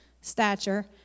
stature